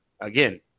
Again